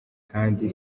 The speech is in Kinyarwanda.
kandi